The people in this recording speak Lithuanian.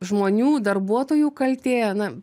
žmonių darbuotojų kaltė na